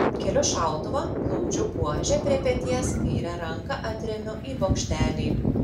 keliu šautuvą glaudžiu buožę prie peties kairę ranką atremiu į bokštelį